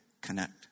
connect